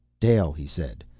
dale, he said.